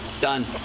Done